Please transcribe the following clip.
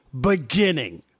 beginning